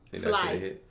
Fly